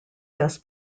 best